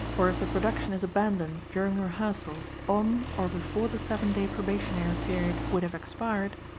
or if the production is abandoned during rehearsals on or before the seven day probationary period would have expired,